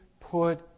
put